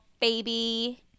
baby